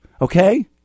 okay